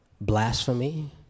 blasphemy